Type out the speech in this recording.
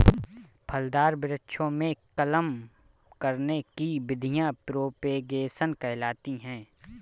फलदार वृक्षों में कलम करने की विधियां प्रोपेगेशन कहलाती हैं